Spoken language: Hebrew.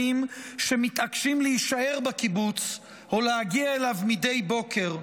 שמתעקשים להישאר בקיבוץ או להגיע אליו מדי בוקר,